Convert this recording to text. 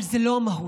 אבל זו לא המהות.